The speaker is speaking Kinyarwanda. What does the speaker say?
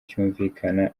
cyumvikana